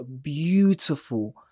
beautiful